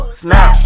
snap